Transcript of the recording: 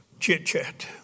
chit-chat